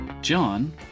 John